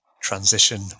transition